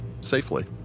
safely